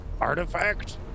artifact